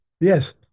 Yes